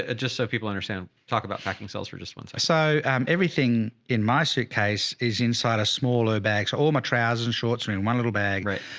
ah just so people understand. talk about packing cells for just once. i, so everything in my suitcase is inside a smaller bags. all my trousers and shorts are in one little bag, right?